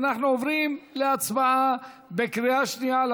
אנחנו עוברים להצבעה בקריאה שנייה על